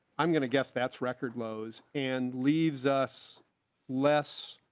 i'm going to guess that's record lows and leaves us less.